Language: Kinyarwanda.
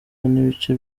n’ibice